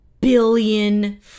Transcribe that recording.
billion